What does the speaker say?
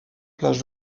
plages